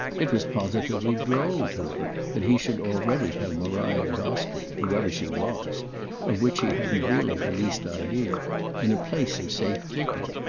it was positively droll to him that he should already have maria gostrey, whoever she was of which he hadn't really the least idea in a place of safe keeping.